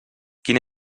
quina